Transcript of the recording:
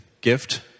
gift